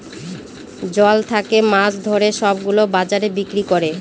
জল থাকে মাছ ধরে সব গুলো বাজারে বিক্রি করে